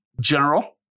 general